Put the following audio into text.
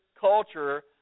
culture